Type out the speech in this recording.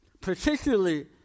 particularly